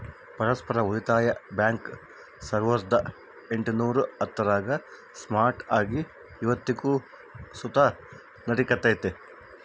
ಪರಸ್ಪರ ಉಳಿತಾಯ ಬ್ಯಾಂಕ್ ಸಾವುರ್ದ ಎಂಟುನೂರ ಹತ್ತರಾಗ ಸ್ಟಾರ್ಟ್ ಆಗಿ ಇವತ್ತಿಗೂ ಸುತ ನಡೆಕತ್ತೆತೆ